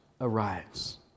arrives